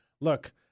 Look